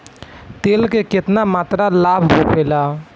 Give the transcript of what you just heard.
तेल के केतना मात्रा लाभ होखेला?